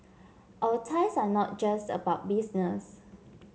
our ties are not just about business